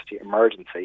emergency